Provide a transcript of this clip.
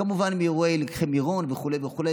כמובן עם אירועי לקחי מירון וכו' וכו',